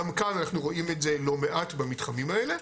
גם כאן אנחנו רואים את זה לא מעט במתחמים האלה,